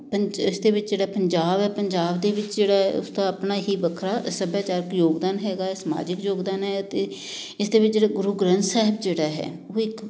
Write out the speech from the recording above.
ਪੰ ਇਸ ਦੇ ਵਿੱਚ ਜਿਹੜਾ ਪੰਜਾਬ ਏ ਪੰਜਾਬ ਦੇ ਵਿੱਚ ਜਿਹੜਾ ਉਸਦਾ ਆਪਣਾ ਹੀ ਵੱਖਰਾ ਸੱਭਿਆਚਾਰਕ ਯੋਗਦਾਨ ਹੈਗਾ ਸਮਾਜਿਕ ਯੋਗਦਾਨ ਹੈ ਅਤੇ ਇਸ ਦੇ ਵਿੱਚ ਜਿਹੜੇ ਗੁਰੂ ਗ੍ਰੰਥ ਸਾਹਿਬ ਜਿਹੜਾ ਹੈ ਉਹ ਇੱਕ